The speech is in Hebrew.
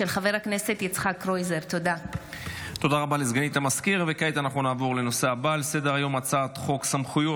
אושרה בקריאה ראשונה, ותחזור לדיון בוועדת החוקה,